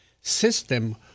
system